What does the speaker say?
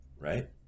right